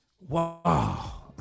Wow